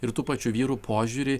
ir tų pačių vyrų požiūrį